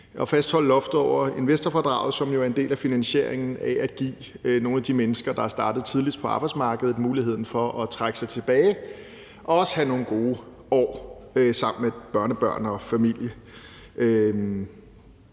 at fastholde loftet over investorfradraget, som jo er en del af finansieringen af at give nogle af de mennesker, der er startet tidligst på arbejdsmarkedet, muligheden for at trække sig tilbage og også have nogle gode år sammen med børnebørn og familie.